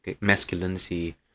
masculinity